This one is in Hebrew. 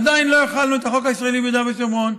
עדיין לא החלנו את החוק הישראלי ביהודה ושומרון,